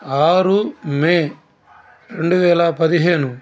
ఆరు మే రెండువేల పదిహేను